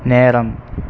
நேரம்